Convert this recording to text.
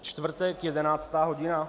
Čtvrtek 11. hodina.